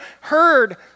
heard